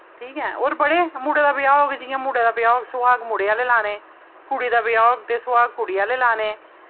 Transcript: ठीक ऐ और बड़े मुड़े दा ब्याह होग जि'यां मुड़े दा ब्याह होग सुहाग मुड़े आह्ले लाने कुड़ी दा ब्याह होग ते सुहाग कुड़ी आह्ले लाने